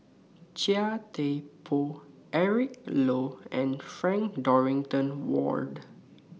Chia Thye Poh Eric Low and Frank Dorrington Ward